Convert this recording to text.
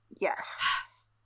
Yes